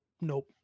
Nope